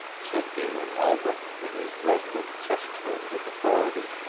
said galen albret, in his resonant chest-tones of authority.